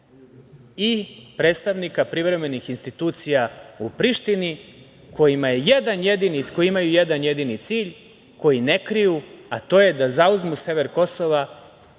i predstavnika privremenih institucija u Prištini koji imaju jedan jedini cilj koji ne kriju, a to je da zauzmu sever Kosova